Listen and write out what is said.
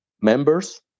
members